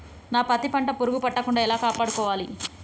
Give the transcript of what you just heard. నా పత్తి పంట పురుగు పట్టకుండా ఎలా కాపాడుకోవాలి?